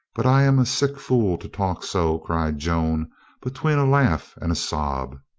but i am a sick fool to talk so, cried joan between a laugh and a sob.